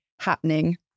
happening